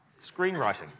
screenwriting